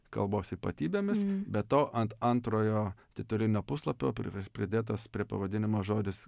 kalbos ypatybėmis be to ant antrojo titulinio puslapio priraš pridėtas prie pavadinimo žodis